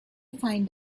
find